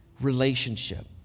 relationship